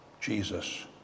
Jesus